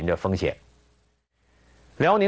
you know from here the only